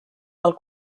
del